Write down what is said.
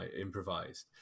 improvised